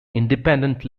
independent